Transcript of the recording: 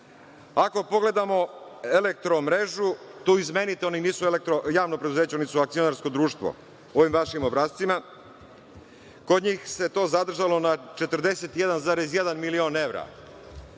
Ako pogledamo EMS, tu izmenite, oni nisu javno preduzeće, oni su akcionarsko društvo, u ovim vašim obrascima, kod njih se to zadržalo na 41,1 milion evra.